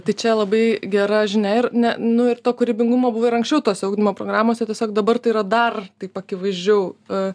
tai čia labai gera žinia ir ne nu ir to kūrybingumo buvo ir anksčiau tose ugdymo programose tiesiog dabar tai yra dar taip akivaizdžiau